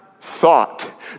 thought